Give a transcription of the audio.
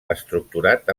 estructurat